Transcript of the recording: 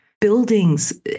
Buildings